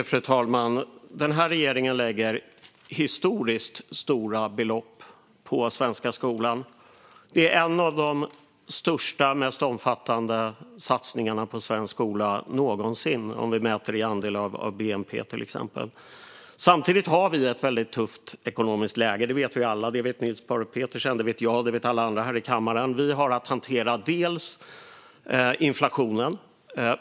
Fru talman! Denna regering lägger historiskt stora belopp på den svenska skolan. Det är en av de största och mest omfattande satsningarna på svensk skola någonsin, om vi mäter i andel av till exempel bnp. Samtidigt har vi ett väldigt tufft ekonomiskt läge. Det vet vi alla. Det vet Niels Paarup-Petersen, det vet jag och det vet alla andra här i kammaren. Vi har att hantera inflationen.